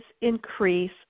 increase